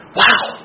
wow